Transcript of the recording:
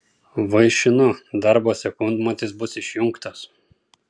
vaišinu darbo sekundmatis bus išjungtas